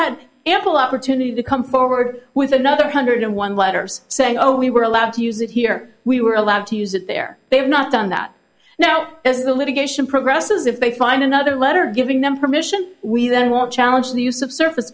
had ample opportunity to come forward with another hundred and one letters saying oh we were allowed to use it here we were allowed to use it there they have not done that now as the litigation progresses if they find another letter giving them permission we then want to challenge the use of surface